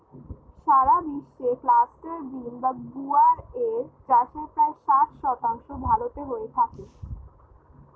সারা বিশ্বে cluster bean বা গুয়ার এর চাষের প্রায় ষাট শতাংশ ভারতে হয়ে থাকে